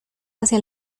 hacia